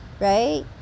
right